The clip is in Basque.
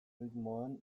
erritmoan